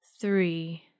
three